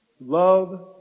Love